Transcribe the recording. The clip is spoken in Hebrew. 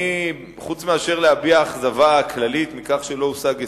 חוץ מאשר להביע אכזבה כללית מכך שלא הושג הסכם,